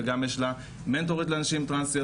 וגם יש לה מנטורית לנשים טרנסיות,